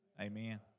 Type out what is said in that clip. Amen